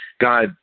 God